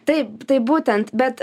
taip taip būtent bet